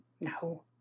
No